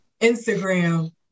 Instagram